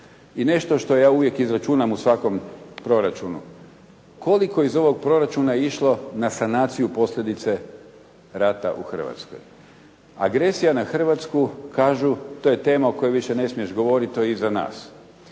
I nešto što ja uvijek izračunam u svakom proračunu. Koliko je iz ovog proračuna išlo na sanaciju posljedice rata u Hrvatskoj? Agresija na Hrvatsku, kažu to je tema o kojoj više ne smiješ govoriti, to je iza nas.